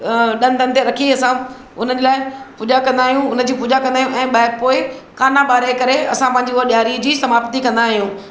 ॾंदनि ते रखी असां उन्हनि लाइ पूॼा कंदा आहियूं उनजी पूॼा कंदा आहियूं ऐं ॿा पोए काना ॿारे करे असां पंहिंजी उहा ॾियारी जी असां समाप्ती कंदा आहियूं